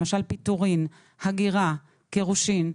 למשל פיטורים, הגירה, גירושין.